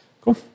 cool